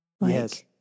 Yes